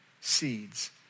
seeds